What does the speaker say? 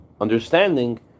understanding